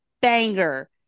banger